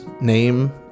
name